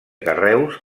carreus